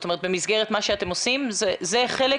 במסגרת מה שאתם עושים זה חלק